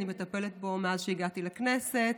אני מטפלת בו מאז שהגעתי לכנסת.